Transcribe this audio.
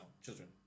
Children